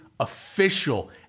official